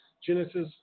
Genesis